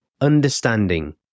understanding